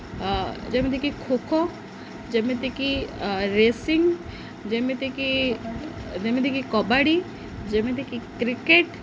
ଯେମିତିକି ଖୋଖୋ ଯେମିତିକି ରେସିଂ ଯେମିତିକି ଯେମିତିକି କବାଡ଼ି ଯେମିତିକି କ୍ରିକେଟ୍